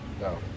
No